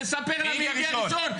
תספר לה מי הגיע ראשון,